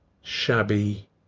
shabby